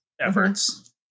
efforts